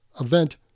event